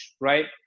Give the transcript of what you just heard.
right